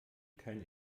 kein